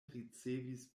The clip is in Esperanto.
ricevis